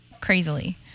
crazily